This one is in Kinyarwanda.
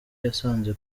yasanze